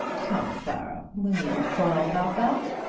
come clara, we needn't quarrel about that.